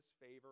favor